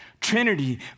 Trinity